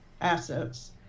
assets